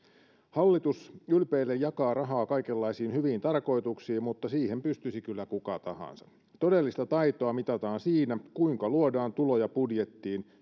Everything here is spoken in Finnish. hallitus ylpeillen jakaa rahaa kaikenlaisiin hyviin tarkoituksiin mutta siihen pystyisi kyllä kuka tahansa todellista taitoa mitataan siinä kuinka luodaan tuloja budjettiin